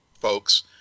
folks